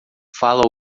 fala